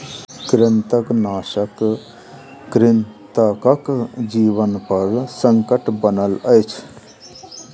कृंतकनाशक कृंतकक जीवनपर संकट बनल अछि